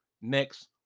next